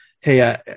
Hey